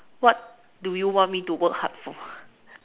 what do you want me to work hard for